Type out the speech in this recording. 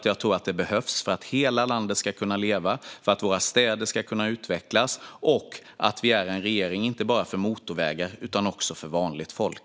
Jag tror att det behövs för att hela landet ska kunna leva och för att våra städer ska kunna utvecklas. Vi har en regering inte bara för motorvägar utan också för vanligt folk.